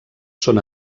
són